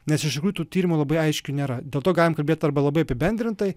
nes iš tikrųjų tų tyrimų labai aiškių nėra dėl to galime kalbėt arba labai apibendrintai